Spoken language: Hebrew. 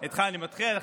איתך אני מתחיל,